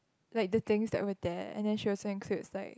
like the things that were there and then she also includes like